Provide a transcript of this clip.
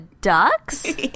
Ducks